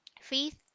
Faith